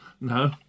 no